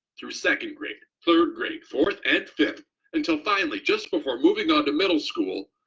through second grade third grade fourth and fifth until finally just before moving on to middle school,